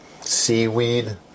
Seaweed